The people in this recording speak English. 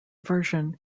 version